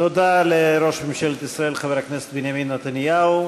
תודה לראש ממשלת ישראל חבר הכנסת בנימין נתניהו.